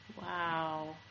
wow